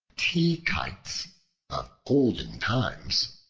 tee kites of olden times,